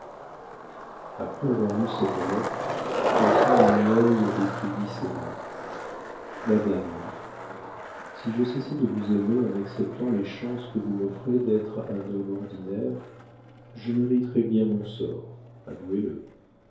après avoir lu cette lettre gaston de nueil écrivit ces mots madame si je cessais de vous aimer en acceptant les chances que vous m'offrez d'être un homme ordinaire je mériterais bien mon sort avouez-le